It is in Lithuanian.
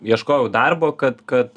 ieškojau darbo kad kad